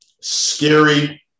scary